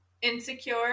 insecure